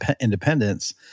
independence